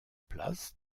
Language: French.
place